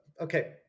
okay